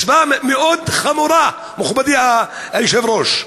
משוואה מאוד חמורה, מכובדי היושב-ראש.